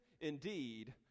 indeed